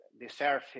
deserve